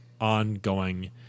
ongoing